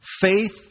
faith